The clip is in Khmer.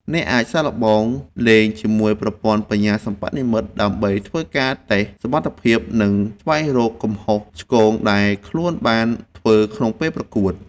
លោកអ្នកអាចសាកល្បងលេងជាមួយប្រព័ន្ធបញ្ញាសិប្បនិម្មិតដើម្បីធ្វើការតេស្តសមត្ថភាពនិងស្វែងរកកំហុសឆ្គងដែលខ្លួនឯងបានធ្វើក្នុងពេលប្រកួត។